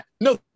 No